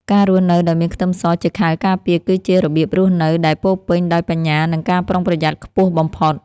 ការរស់នៅដោយមានខ្ទឹមសជាខែលការពារគឺជារបៀបរស់នៅដែលពោរពេញដោយបញ្ញានិងការប្រុងប្រយ័ត្នខ្ពស់បំផុត។